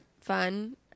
fun